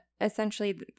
essentially